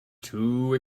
too